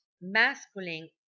masculine